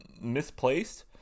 misplaced